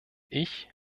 ich